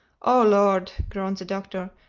oh lord! groaned the doctor,